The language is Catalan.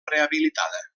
rehabilitada